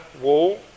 wall